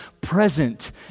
present